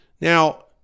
Now